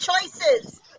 choices